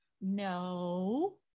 No